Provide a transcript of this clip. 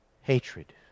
hatred